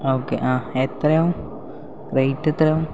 ആ ഓക്കെ ആ എത്രയാവും റെയ്റ്റ് എത്ര ആവും